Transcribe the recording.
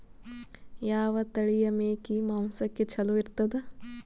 ಯಾವ ತಳಿಯ ಮೇಕಿ ಮಾಂಸಕ್ಕ ಚಲೋ ಇರ್ತದ?